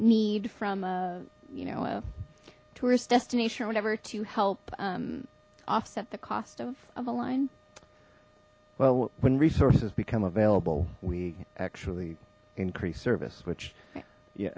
need from a you know a tourist destination or whatever to help offset the cost of of a line well when resources become available we actually increase service which yeah